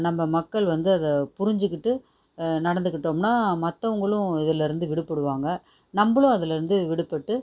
நம்ம மக்கள் வந்து அதை புரிஞ்சுக்கிட்டு நடந்துக்கிட்டோம்னா மற்றவங்களும் இதில் இருந்து விடுபடுவாங்க நம்மளும் அதுலேருந்து விடுபட்டு